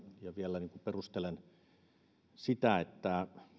vielä perustelen tätä sillä että